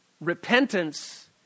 Repentance